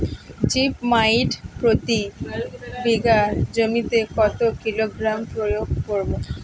Zip মাইট প্রতি বিঘা জমিতে কত কিলোগ্রাম প্রয়োগ করব?